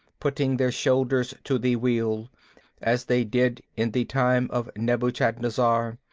putting their shoulders to the wheel as they did in the time of nebuchadnezzar.